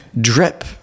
drip